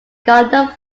gardner